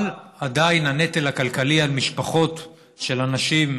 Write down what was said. אבל עדיין הנטל הכלכלי על משפחות עם אנשים,